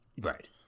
Right